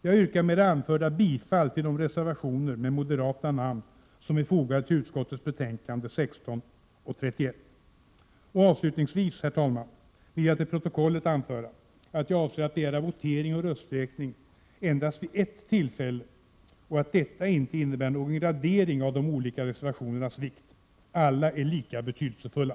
Jag yrkar med det anförda bifall till de reservationer med moderata namn som är fogade till utskottets betänkanden nr 16 och 31. Avslutningsvis, herr talman, vill jag till protokollet anföra, att jag avser att begära votering och rösträkning endast vid ett tillfälle och att detta inte innebär någon gradering av de olika reservationernas vikt. Alla är lika betydelsefulla.